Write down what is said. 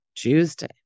Tuesday